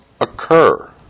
occur